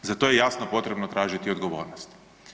Za to je jasno potrebno tražiti odgovornost.